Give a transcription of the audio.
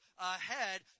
ahead